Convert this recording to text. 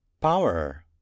Power